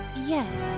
Yes